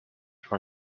for